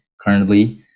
currently